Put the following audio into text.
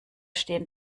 stehen